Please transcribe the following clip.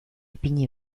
ipini